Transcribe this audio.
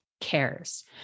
cares